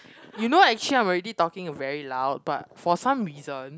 you know actually I'm already talking very loud but for some reason